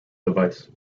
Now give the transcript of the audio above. device